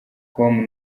com